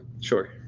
Sure